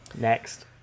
Next